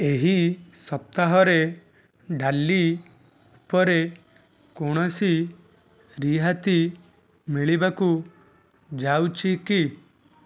ଏହି ସପ୍ତାହରେ ଡାଲି ଉପରେ କୌଣସି ରିହାତି ମିଳିବାକୁ ଯାଉଛି କି